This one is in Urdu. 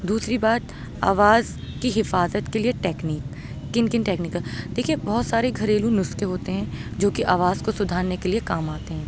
دوسری بات آواز کی حفاظت کے لیے ٹکنیک کن کن ٹکنیک دیکھیے بہت سارے گھریلو نسخے ہوتے ہیں جو کہ آواز کو سدھارنے کے لیے کام آتے ہیں